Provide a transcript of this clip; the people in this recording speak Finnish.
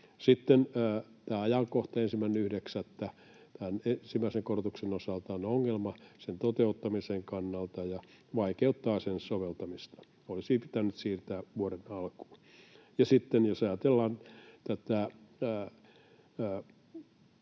Sitten tämä ajankohta, 1.9., ensimmäisen korotuksen osalta on ongelma sen toteuttamisen kannalta ja vaikeuttaa sen soveltamista. Olisi pitänyt siirtää vuoden alkuun. Sitten jos ajatellaan näitä